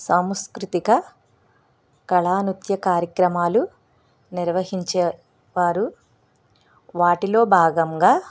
సాంస్కృతిక కళా నృత్య కార్యక్రమాలు నిర్వహించే వారు వాటిలో భాగంగా